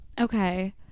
okay